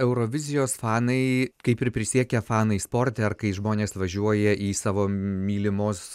eurovizijos fanai kaip ir prisiekę fanai sporte ar kai žmonės važiuoja į savo mylimos žvaigždės